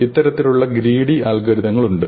ഇത്തരത്തിലുള്ള ഗ്രീഡി അൽഗോരിതങ്ങൾ ഉണ്ട്